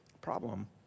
problem